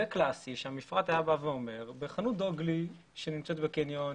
זה קלאסי שהמפרט היה בא ואומר שבחנות דוגלי שנמצאת בקניון,